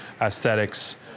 aesthetics